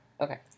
okay